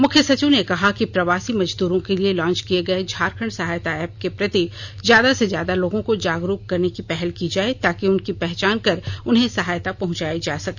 मुख्य सचिव ने कहा कि प्रवासी मजदूरो के लिए लांच किए गए झारखंड सहायता एप्प के प्रति ज्यादा से ज्यादा लोगों को जागरुक करने की पहल की जाए ताकि उनकी पहचान कर उन्हें सहायता पहुंचाई जा सके